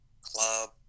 club